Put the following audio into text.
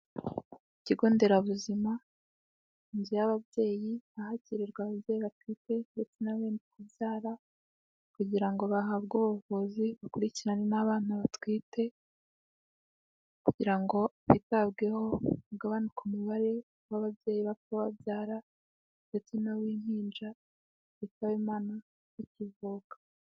Ikigo nderabuzima inzu y'ababyeyi ahakirirwa ababyeyi batwite ndetse n'abenda kubyara kugira ngo bahabwe ubuvuzi bakurikirane n'abana batwite, kugira ngo bitabweho hagabanuke umubare w'ababyeyi bapfa babyara ndetse n'uw'impinja bitaba Imana bakivuka.